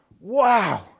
wow